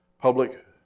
public